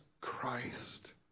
Christ